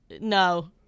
no